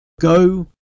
Go